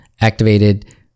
activated